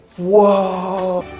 whoa!